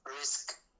risk